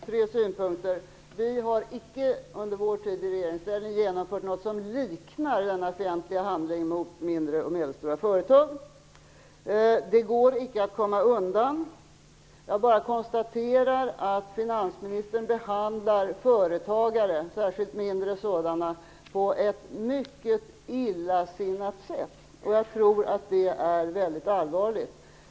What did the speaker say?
Herr talman! Jag har tre synpunkter. Vi har under vår tid i regeringsställning icke genomfört något som liknar denna fientliga handling mot mindre och medelstora företag. Det är ovedersägligt att finansministern behandlar företagare, särskilt mindre sådana, på ett mycket illasinnat sätt, och det är väldigt allvarligt.